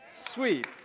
Sweet